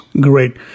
Great